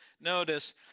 Notice